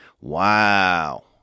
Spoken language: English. Wow